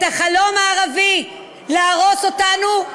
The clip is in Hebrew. את החלום הערבי להרוס אותנו?